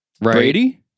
Brady